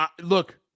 Look